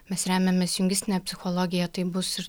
mes remiamės jungistine psichologija taip bus ir